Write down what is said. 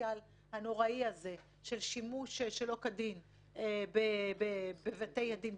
לפוטנציאל הנוראי הזה של שימוש שלא כדין בבתי הדין,